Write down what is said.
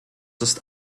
ist